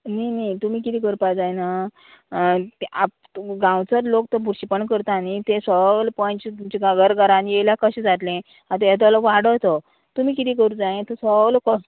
न्ही न्ही तुमी किदें करपा जायना गांवचोत लोक तो बुरशीपण करता न्ही तें सोगलें पांच तुमच्या घर घरान येयल्यार कशें जातलें आतां हेजो लोक वाडोचो तुमी किदें करूं जाय तो सोगलो को